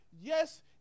yes